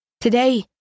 Today